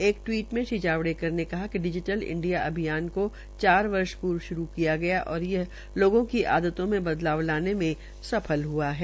एक टिवीट में श्री जावड़ेकर ने कहा कि डिजीटल इंडिया को चार वर्ष पूर्व शुरू किया गया और यह लोगों की आदतों में बदलाव लाने की सफल हआ है